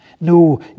No